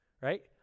Right